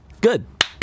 Good